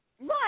right